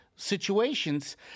situations